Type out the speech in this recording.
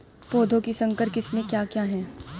पौधों की संकर किस्में क्या क्या हैं?